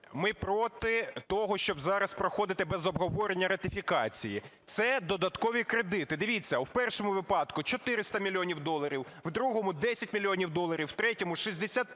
Ми проти того, щоб зараз проходити без обговорення ратифікації. Це додаткові кредити. Дивіться, в першому випадку 400 мільйонів доларів, в другому 10 мільйонів доларів, в третьому 63